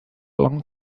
long